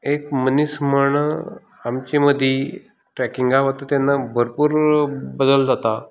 एक मनीस म्हण आमचे मदीं एक ट्रेकींगाक वता तेन्ना भरपूर बदल जाता